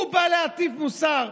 הוא בא להטיף מוסר.